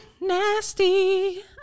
nasty